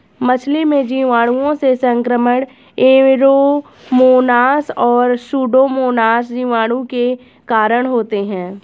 मछली में जीवाणुओं से संक्रमण ऐरोमोनास और सुडोमोनास जीवाणु के कारण होते हैं